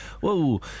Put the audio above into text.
whoa